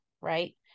right